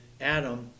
adam